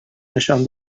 نشان